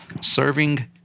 Serving